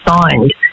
signed